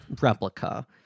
replica